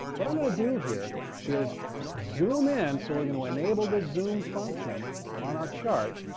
what i'm going to do here is zoom in. so we're going to enable the zoom function on our chart.